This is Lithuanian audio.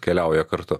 keliauja kartu